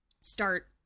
start